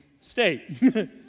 state